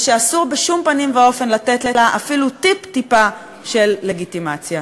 ושאסור בשום פנים ואופן לתת לה אפילו טיפ-טיפה של לגיטימציה.